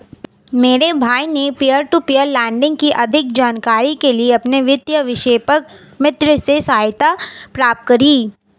मेरे भाई ने पियर टू पियर लेंडिंग की अधिक जानकारी के लिए अपने वित्तीय विशेषज्ञ मित्र से सहायता प्राप्त करी